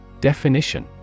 Definition